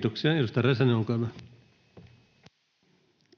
tulevaisuudessa Time: 17:53 Content: